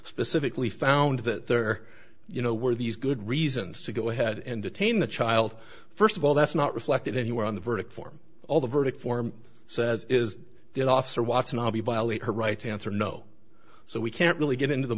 specifically found that there you know where these good reasons to go ahead and detain the child first of all that's not reflected anywhere on the verdict form all the verdict form says is that officer watson abhi violate her right answer no so we can't really get into the